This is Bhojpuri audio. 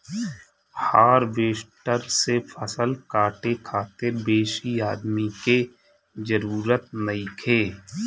हार्वेस्टर से फसल काटे खातिर बेसी आदमी के जरूरत नइखे